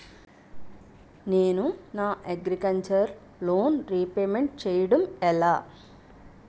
నేను నా agriculture loan repayment చేయడం ఎలా?